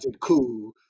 coup